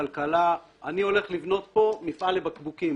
הכלכלה שהם הולכים לבנות שם מפעל לבקבוקים